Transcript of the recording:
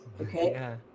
okay